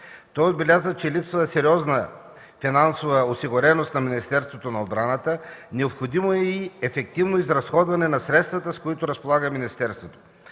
Той отбеляза, че липсва сериозна финансова осигуреност на Министерството на отбраната, необходимо е и ефективно изразходване на средствата, с които разполага министерството.